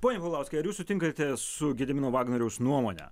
pone paulauskai ar jūs sutinkate su gedimino vagnoriaus nuomone